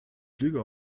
flüge